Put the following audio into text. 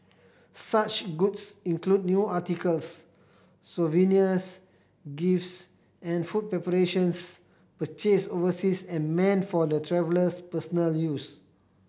such goods include new articles souvenirs gifts and food preparations purchased overseas and meant for the traveller's personal use